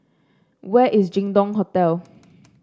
where is Jin Dong Hotel